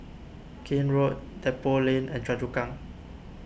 Keene Road Depot Lane and Choa Chu Kang